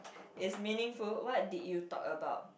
is meaningful what did you thought about